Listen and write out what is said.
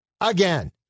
again